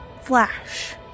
flash